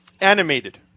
animated